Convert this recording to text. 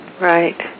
Right